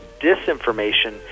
disinformation